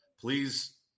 Please